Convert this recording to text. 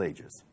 Ages